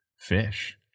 fish